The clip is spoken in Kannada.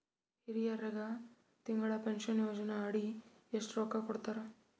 ಹಿರಿಯರಗ ತಿಂಗಳ ಪೀನಷನಯೋಜನ ಅಡಿ ಎಷ್ಟ ರೊಕ್ಕ ಕೊಡತಾರ?